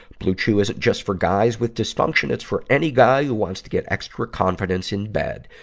bluechew isn't just for guys with dysfunction it's for any guy who wants to get extra confidence in bed.